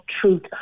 truth